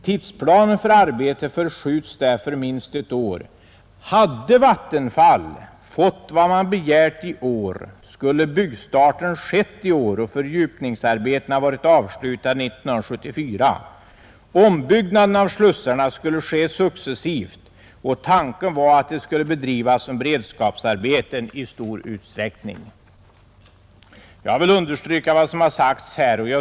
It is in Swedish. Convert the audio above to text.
Tidsplanen för arbetet förskjuts därför minst ett år. Hade Vattenfall fått vad man begärt i år skulle byggstarten skett i år och fördjupningsarbetena varit avslutade 1974. Ombyggnaden av slussarna skulle ske successivt och tanken var att de skulle bedrivas som beredskapsarbeten i stor utsträckning.” Jag vill understryka vad som sagts här.